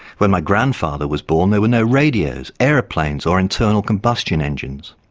when my grandfather was born there were no radios, aeroplanes or internal combustion engines.